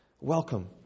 Welcome